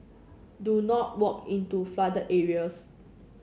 do not walk into flooded areas